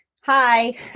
hi